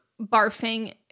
barfing